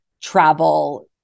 travel